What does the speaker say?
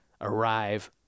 arrive